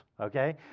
okay